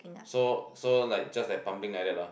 so so like just like pumping like that lah